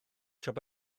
siop